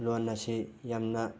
ꯂꯣꯟ ꯑꯁꯤ ꯌꯥꯝꯅ